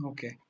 Okay